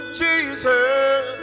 jesus